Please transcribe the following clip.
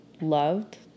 loved